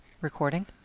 Recording